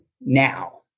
now